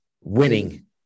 winning